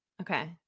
okay